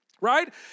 right